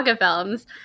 films